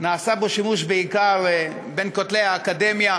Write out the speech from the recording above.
נעשה בו שימוש בעיקר בין כותלי האקדמיה,